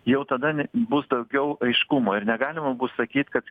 jau tada ne bus daugiau aiškumo ir negalima bus sakyt kad